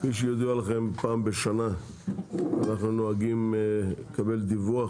כפי שידוע לכם, פעם בשנה אנחנו נוהגים לקבל דיווח